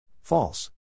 False